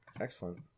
Excellent